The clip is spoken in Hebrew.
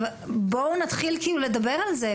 בואו נתחיל לדבר על זה,